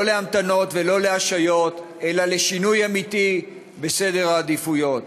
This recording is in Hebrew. לא להמתנות ולא להשהיות אלא שינוי אמיתי בסדר העדיפויות.